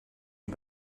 you